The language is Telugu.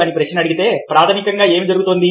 అని ప్రశ్న అడిగితే ప్రాథమికంగా ఏమి జరుగుతోంది